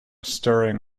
stirring